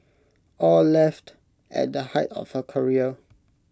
aw left at the height of her career